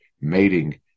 mating